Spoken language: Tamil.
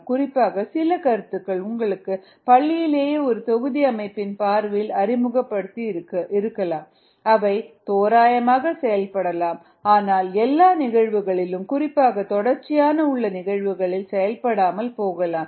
குறிப்பாக சில கருத்துக்கள் உங்களுக்கு பள்ளியிலேயே ஒரு தொகுதி அமைப்பின் பார்வையில் அறிமுக படுத்தப்பட்டு இருக்கும் அவை தோராயமாக செயல்படலாம் ஆனால் எல்லா நிகழ்வுகளிலும் குறிப்பாக தொடர்ச்சியான உள்ள நிகழ்வுகளில் செயல்படாமல் போகலாம்